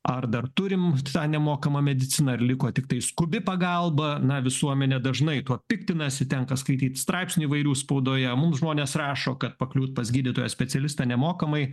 ar dar turim tą nemokamą mediciną ar liko tiktai skubi pagalba na visuomenė dažnai tuo piktinasi tenka skaityt straipsnių įvairių spaudoje mums žmonės rašo kad pakliūt pas gydytoją specialistą nemokamai